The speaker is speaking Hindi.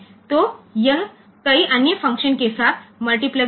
तो यह कई अन्य फंक्शन्सके साथ मल्टिप्लैक्सेड है